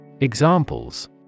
Examples